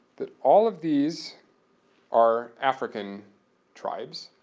that all of these are african tribes.